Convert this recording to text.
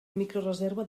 microreserva